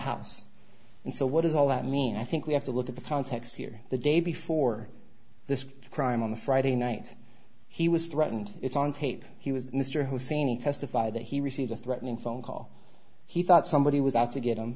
house and so what does all that mean i think we have to look at the context here the day before this crime on the friday night he was threatened it's on tape he was mr husseini testified that he received a threatening phone call he thought somebody was out to get him